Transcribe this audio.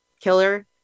killer